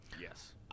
yes